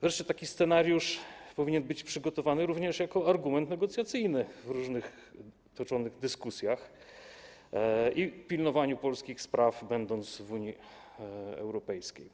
Wreszcie taki scenariusz powinien być przygotowany również jako argument negocjacyjny w różnych toczących się dyskusjach w ramach pilnowania polskich spraw, kiedy się jest w Unii Europejskiej.